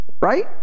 Right